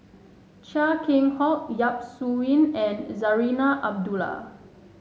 Chia Keng Hock Yap Su Yin and Zarinah Abdullah